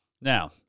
Now